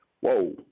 whoa